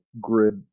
grid